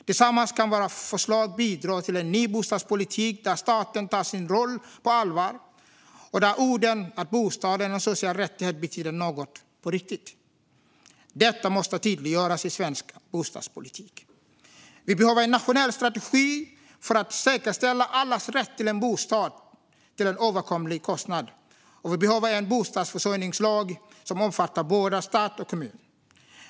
Tillsammans kan våra förslag bidra till en ny bostadspolitik där staten tar sin roll på allvar och där orden att bostad är en social rättighet betyder något på riktigt. Detta måste tydliggöras i svensk bostadspolitik. Vi behöver en nationell strategi för att säkerställa allas rätt till en bostad till en överkomlig kostnad, och vi behöver en bostadsförsörjningslag som omfattar både stat och kommun.